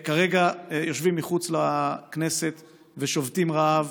כרגע יושבים מחוץ לכנסת ושובתים רעב